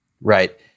Right